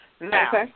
Now